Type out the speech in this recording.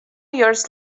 years